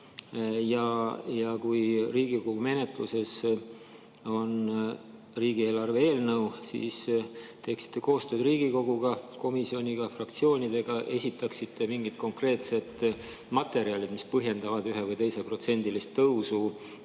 Ja kui Riigikogu menetluses on riigieelarve eelnõu, siis teeksite koostööd Riigikoguga, komisjoniga, fraktsioonidega, esitaksite mingid konkreetsed materjalid, mis põhjendavad ühe‑ või teiseprotsendilist tõusu,